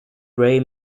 ray